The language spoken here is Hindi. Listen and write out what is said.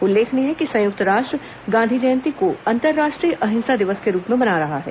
उल्लेखनीय है कि संयुक्त राष्ट्र गांधी जयंती को अंतरराष्ट्रीय अहिंसा दिवस के रूप में मना रहा है